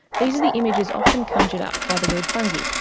these are the images often conjured up by the word fungi.